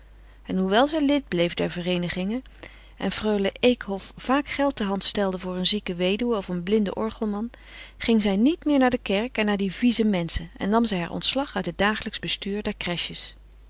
en hoewel zij lid bleef der vereenigingen en freule eekhof vaak geld ter hand stelde voor eene zieke weduwe of een blinden orgelman ging zij niet meer naar de kerk en naar die vieze menschen en nam zij haar ontslag uit het dagelijksch bestuur der crèches